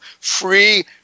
Free